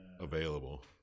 available